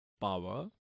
power